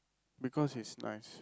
because it's nice